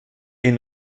est